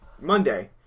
monday